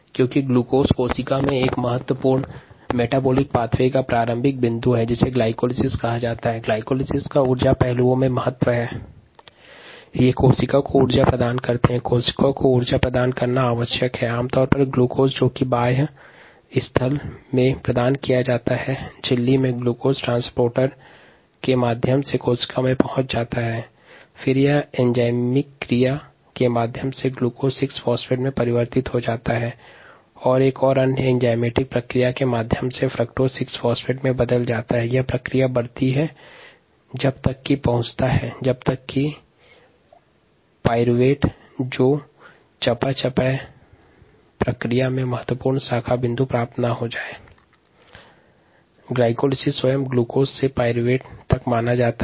क्योंकि ग्लूकोज कोशिका में महत्वपूर्ण चयापचय पथ का प्रारंभिक बिंदु है जिसे ग्लाइकोलिसिस कहा जाता है कहलाती है जो कोशिका में होने वाला महत्वपूर्ण चयापचय पथ है